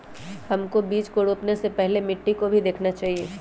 हमको बीज को रोपने से पहले मिट्टी को भी देखना चाहिए?